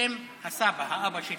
גם אני יכול לקרוא לו ככה?